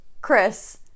Chris